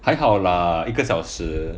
还好啦一个小时